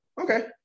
Okay